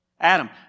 Adam